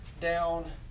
down